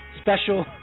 special